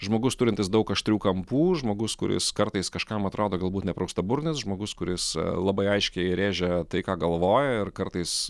žmogus turintis daug aštrių kampų žmogus kuris kartais kažkam atrodo galbūt nepraustaburnis žmogus kuris labai aiškiai rėžia tai ką galvoja ir kartais